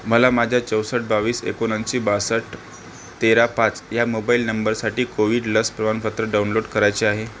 मला माझ्या चौसष्ट बावीस एकोणऐंशी बासष्ट तेरा पाच ह्या मोबाईल नंबरसाठी कोविड लस प्रमाणपत्र डाउनलोड करायचे आहे